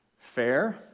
fair